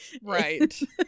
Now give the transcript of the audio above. Right